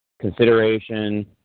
consideration